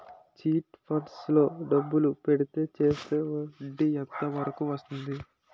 Chit funds లో డబ్బులు పెడితే చేస్తే వడ్డీ ఎంత వరకు వస్తుంది?